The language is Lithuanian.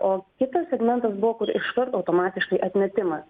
o kitas segmentas buvo kur iškart automatiškai atmetimas